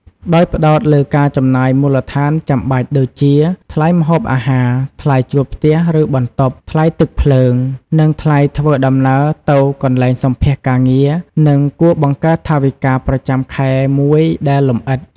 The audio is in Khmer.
ដោយផ្ដោតលើការចំណាយមូលដ្ឋានចាំបាច់ដូចជា ថ្លៃម្ហូបអាហារ ថ្លៃជួលផ្ទះឬបន្ទប់ ថ្លៃទឹកភ្លើង និងថ្លៃធ្វើដំណើរទៅកន្លែងសំភាសន៍ការងារ និងគួរបង្កើតថវិកាប្រចាំខែមួយដែលលម្អិត។